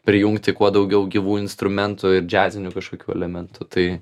prijungti kuo daugiau gyvų instrumentų ir džiazinių kažkokių elementų tai